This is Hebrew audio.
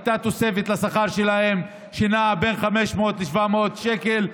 הייתה תוספת לשכר שלהם שנעה בין 500 ל-700 שקל.